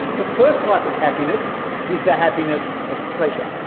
the first type of happiness is the happiness of pleasure.